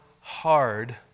hard